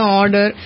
order